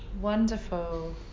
wonderful